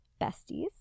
besties